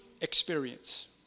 experience